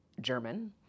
German